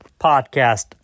podcast